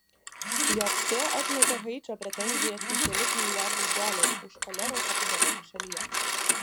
jt atmetė haičio pretenzijas į kelis milijardus dolerių už choleros epidemiją šalyje